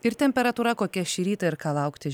ir temperatūra kokia šį rytą ir ką laukti